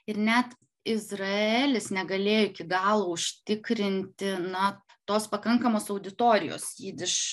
ir net izraelis negalėjo iki galo užtikrinti na tos pakankamos auditorijos jidiš